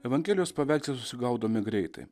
evangelijos paveiksle susigaudome greitai